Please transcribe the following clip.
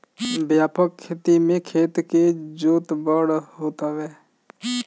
व्यापक खेती में खेत के जोत बड़ होत हवे